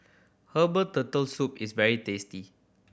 herbal Turtle Soup is very tasty